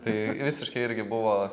tai visiškai irgi buvo